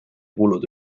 kulude